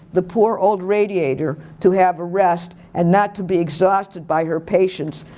the poor old radiator, to have a rest and not to be exhausted by her patience,